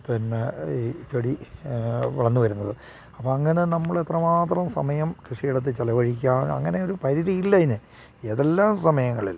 പിന്നെ ഈ ചെടി വളർന്നു വരുന്നത് അപ്പോൾ അങ്ങനെ നമ്മൾ എത്രമാത്രം സമയം കൃഷി ഇടത്ത് ചിലവഴിക്കാൻ അങ്ങനെ ഒരു പരിധി ഇല്ല അതിന് ഏതെല്ലാം സമയങ്ങളിൽ